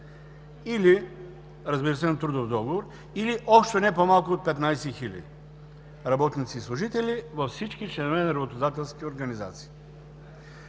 – разбира се на трудов договор, или общо не по малко от 15 хиляди работници и служители във всички членове на работодателски организации.